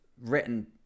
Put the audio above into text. written